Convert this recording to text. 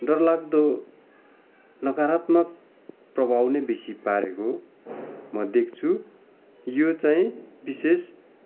डर लाग्दो नकरात्मक प्रभाव नै बेसी पारेको म देख्छु यो चाहिँ बिशेष